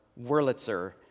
Wurlitzer